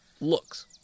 Looks